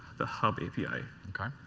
the hub api. okay.